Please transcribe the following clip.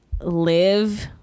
live